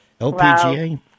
LPGA